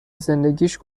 زندگیش